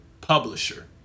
publisher